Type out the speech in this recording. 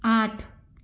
आठ